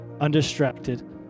Undistracted